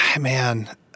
Man